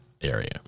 area